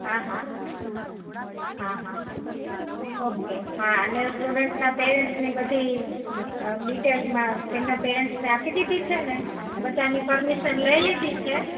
હા હા હા હા ઓકે હા અને સ્ટુડન્ટની પેરેન્ટ્સની બધી ડિટેલ્સમાં તેમના પેરેન્ટ્સને આપી દીધી છે ને બધાની પરમિશન લઈ લીધી છે